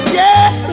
yes